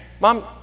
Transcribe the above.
Mom